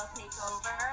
takeover